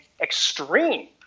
extreme